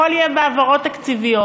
הכול יהיה בהעברות תקציביות,